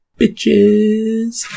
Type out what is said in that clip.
bitches